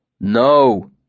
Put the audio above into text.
No